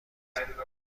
برگردید